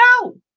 no